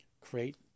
create